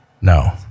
No